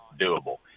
doable